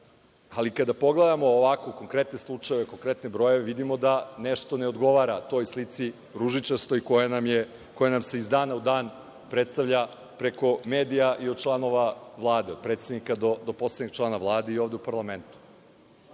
ali kada pogledamo ovako konkretne slučajeve, konkretne brojeve, vidimo da nešto ne odgovara toj ružičastoj slici koja nam se iz dana u dan predstavlja preko medija i od članova Vlada, od predsednika do poslednjeg člana Vlade i ovde u parlamentu.